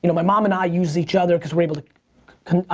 you know my mom and i use each other because we're able to and